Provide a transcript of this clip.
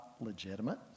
legitimate